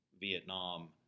Vietnam